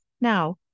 Now